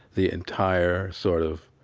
the entire sort of